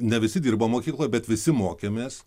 ne visi dirba mokykloj bet visi mokėmės